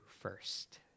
first